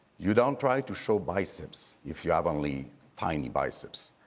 you don't try to show biceps if you have only tiny biceps.